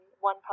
one